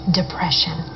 depression